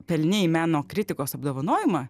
pelnei meno kritikos apdovanojimą